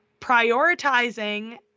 prioritizing